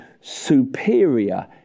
superior